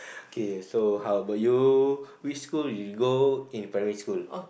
okay so how about you which school you go in primary school